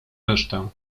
resztę